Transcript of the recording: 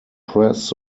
press